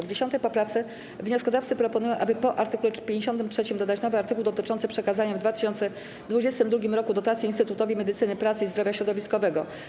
W 10. poprawce wnioskodawcy proponują, aby po art. 53 dodać nowy artykuł dotyczący przekazania w 2022 r. dotacji Instytutowi Medycyny Pracy i Zdrowia Środowiskowego.